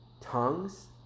tongues